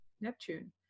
neptune